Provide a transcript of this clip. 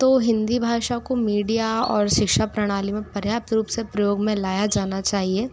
तो हिन्दी भाषा को मीडिया और शिक्षा प्रणाली में पर्याप्त रूप से प्रयोग में लाया जाना चाहिए